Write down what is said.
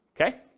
okay